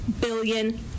billion